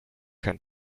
can